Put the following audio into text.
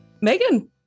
Megan